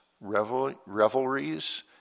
revelries